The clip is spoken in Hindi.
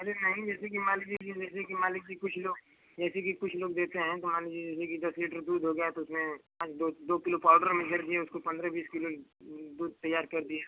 अरे नहीं जैसे कि मान लीजिए कि जैसे कि मान लीजिए कुछ लोग जैसे कि कुछ लोग देते हैं तो मान लीजिए जैसे कि दस लीटर दूध हो गया तो उसमें पाँच दो दो किलो पाउडर मिला दिए उसको पन्द्रह बीस किलो दूध तैयार कर दिए